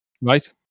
Right